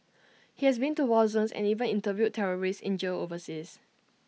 he has been to war zones and even interviewed terrorists in jails overseas